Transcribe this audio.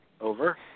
over